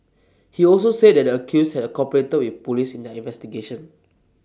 he also said that the accused had cooperated with Police in their investigation